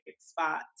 spot